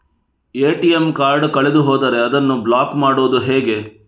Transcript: ATM card ಕಳೆದು ಹೋದರೆ ಅದನ್ನು ಬ್ಲಾಕ್ ಮಾಡುವುದು ಹೇಗೆ?